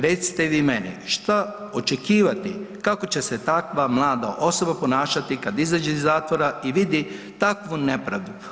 Recite vi meni šta očekivati kako će se takva mlada osoba ponašati kada izađe iz zatvora i vidi takvu nepravdu?